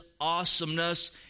awesomeness